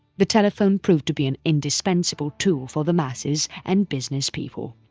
the telephone proved to be an indispensable tool for the masses and business people.